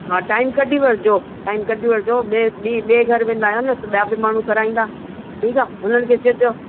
हा टाइम कढी वठिजो टाइम कढी वठिजो ॿिए बि ॿिए घर वेंदा आहियो न त ॿिया बि माण्हू कराईंदा ठीकु आहे उन्हनि खे चइजो